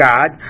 God